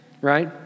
right